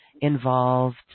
involved